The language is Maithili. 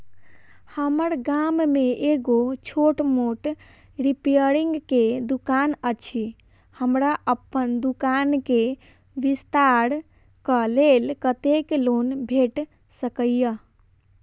हम्मर गाम मे एगो छोट मोट रिपेयरिंग केँ दुकान अछि, हमरा अप्पन दुकान केँ विस्तार कऽ लेल कत्तेक लोन भेट सकइय?